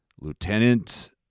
Lieutenant